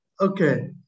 Okay